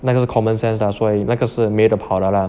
那个 common sense lah 所以那个是没得跑的了